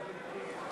95,